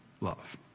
love